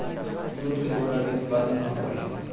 jute के बोरा के उत्पादन कम होला